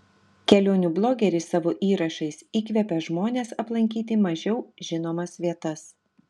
kelionių blogeris savo įrašais įkvepia žmones aplankyti mažiau žinomas vietas